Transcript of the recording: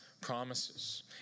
promises